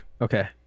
Okay